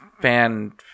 Fan